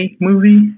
movie